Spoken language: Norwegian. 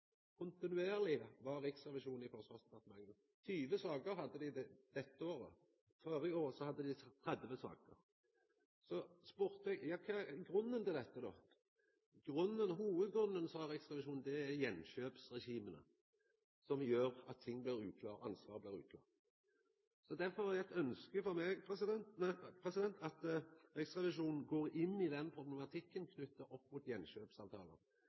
var kontinuerleg i forsvarsdepartementet. 20 saker hadde dei dette året. Førre året hadde dei 30 saker. Så spurde eg kva grunnen til dette var. Hovudgrunnen, sa riksrevisjonen, er attkjøpsregima, som gjer at ansvaret blir uklårt. Derfor er det eit ønske frå meg at Riksrevisjonen går inn i den problematikken knytt opp mot